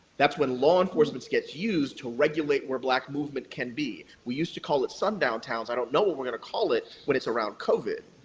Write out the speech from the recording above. that's when law enforcements get used to regulate where black movement can be. we used to call it sundown towns, i don't know what we're going to call it when it's around covid.